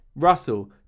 Russell